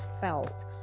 felt